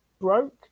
broke